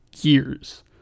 years